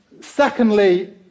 Secondly